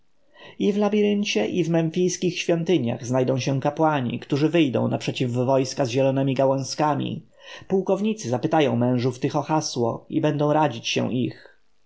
i w labiryncie i w memfijskich świątyniach znajdą się kapłani którzy wyjdą naprzeciw wojska z zielonemi gałązkami pułkownicy zapytają mężów tych o hasło i będą radzić się ich